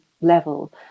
level